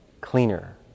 cleaner